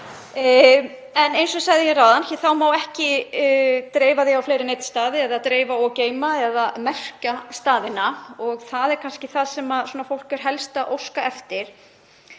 En eins og ég sagði hér áðan má ekki dreifa ösku á fleiri en einn stað eða dreifa og geyma eða merkja staðina, og það er kannski það sem fólk er helst að óska eftir.